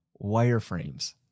Wireframes